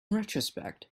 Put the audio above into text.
retrospect